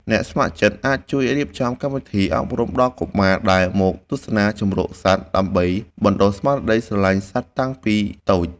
អ្នកស្ម័គ្រចិត្តអាចជួយរៀបចំកម្មវិធីអប់រំដល់កុមារដែលមកទស្សនាជម្រកសត្វ ដើម្បីបណ្ដុះស្មារតីស្រឡាញ់សត្វតាំងពីតូច។